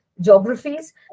geographies